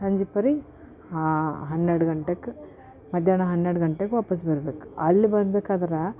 ಸಂಜೆ ಪರಿ ಹನ್ನೆರಡು ಗಂಟೆಗೆ ಮಧ್ಯಾಹ್ನ ಹನ್ನೆರಡು ಗಂಟೆಗೆ ವಾಪಸ್ಸು ಬರ್ಬೇಕು ಅಲ್ಲಿ ಬರಬೇಕಾದ್ರೆ